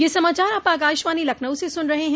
ब्रे क यह समाचार आप आकाशवाणी लखनऊ से सुन रहे हैं